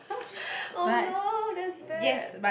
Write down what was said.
oh no that's bad